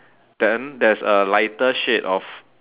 then there's a lighter shade of